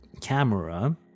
camera